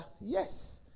Yes